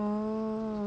orh